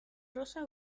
rosa